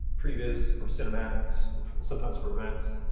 previz for cinematics, or sometimes for events.